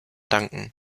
danken